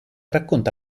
racconta